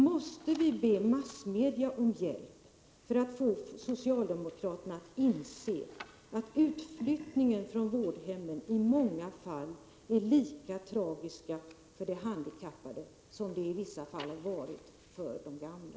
Måste vi be massmedia om hjälp för att få socialdemokraterna att inse att utflyttningar från vårdhemmen i många fall är lika tragiska för de handikappade som utflyttningarna från ålderdomshem i vissa fall varit för de gamla?